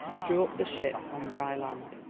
drew up the ship on dry land.